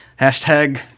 Hashtag